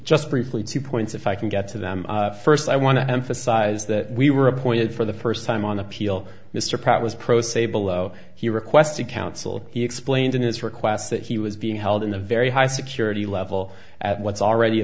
just briefly two points if i can get to them first i want to emphasize that we were appointed for the first time on appeal mr pratt was pro se below he requested counsel he explained in his request that he was being held in a very high security level at what's already a